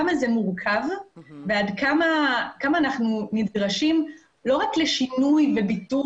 אני מבינה עד כמה זה מורכב ועד כמה אנחנו נדרשים לא רק לשינוי וביטול